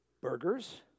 burgers